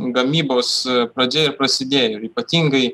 gamybos pradžia ir prasidėjo ir ypatingai